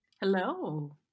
Hello